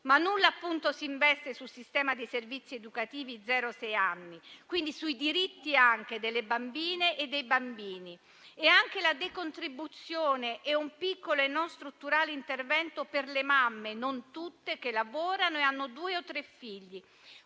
Nulla, appunto, si investe sul sistema dei servizi educativi da zero a sei anni, quindi sui diritti delle bambine e dei bambini. Anche la decontribuzione ed un piccolo e non strutturale intervento per le mamme, non tutte, che lavorano e hanno due o tre figli: